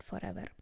forever